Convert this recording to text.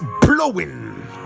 blowing